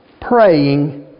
praying